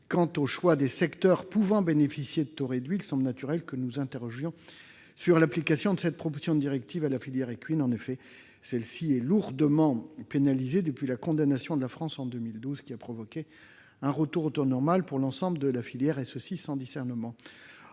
quant au choix des secteurs pouvant bénéficier de taux réduits, il semble naturel que nous nous interrogions sur l'application de cette proposition de directive à la filière équine. En effet, cette filière est lourdement pénalisée depuis la condamnation subie par la France en 2012 : cette mesure a provoqué un retour au taux normal pour l'ensemble de la filière, et ce sans discernement.